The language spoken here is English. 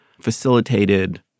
facilitated